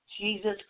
Jesus